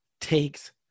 takes